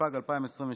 התשפ"ג 2022,